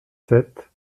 sept